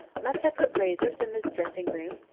must i put razors in his dressing-room?